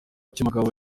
cy’umugabo